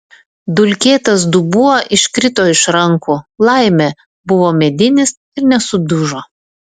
dulkėtas dubuo iškrito iš rankų laimė buvo medinis ir nesudužo